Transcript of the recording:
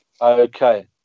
Okay